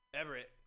Everett